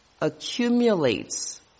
accumulates